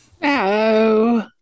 Hello